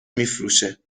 میفروشه